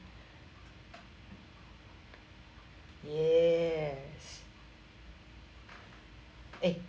yes eh